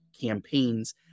campaigns